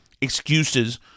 excuses